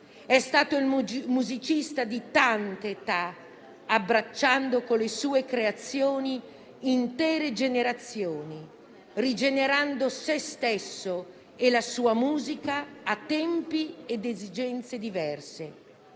È stato il musicista di tante età, abbracciando con le sue creazioni intere generazioni, rigenerando se stesso e la sua musica a tempi ed esigenze diverse.